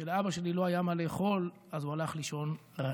כשלאבא שלי לא היה מה לאכול, הוא הלך לישון רעב.